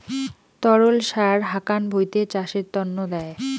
তরল সার হাকান ভুঁইতে চাষের তন্ন দেয়